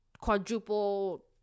quadruple